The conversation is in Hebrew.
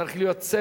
צריך להיות צוות,